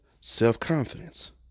self-confidence